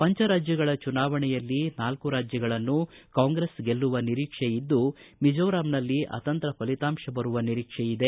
ಪಂಚರಾಜ್ಯಗಳ ಚುನಾವಣೆಯಲ್ಲಿ ನಾಲ್ಕು ರಾಜ್ಯಗಳನ್ನು ಕಾಂಗ್ರೆಸ್ ಗೆಲ್ಲುವ ನಿರೀಕ್ಷೆ ಇದ್ದು ಮಿಜೋರಾಂನಲ್ಲಿ ಅತಂತ್ರ ಫಲಿತಾಂಶ ಬರುವ ನಿರೀಕ್ಷೆಯಿದೆ